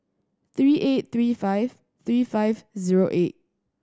three eight three five three five zero eight